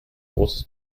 großes